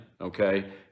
okay